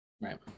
right